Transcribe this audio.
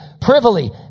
Privily